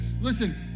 Listen